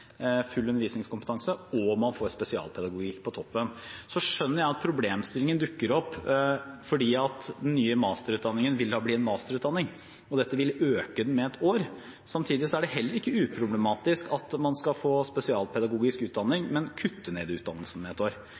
og spesialpedagogikk på toppen. Så skjønner jeg at problemstillingen dukker opp, fordi den nye masterutdanningen da vil bli en masterutdanning, og dette vil øke den med et år. Samtidig er det heller ikke uproblematisk at man skal få spesialpedagogisk utdanning, men kutte ned utdannelsen med ett år.